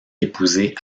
épouser